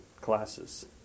classes